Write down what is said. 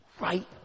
Right